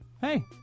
hey